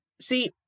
See